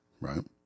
Right